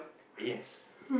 yes